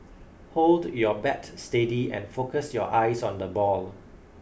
hold your bat steady and focus your eyes on the ball